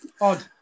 Odd